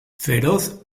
feroz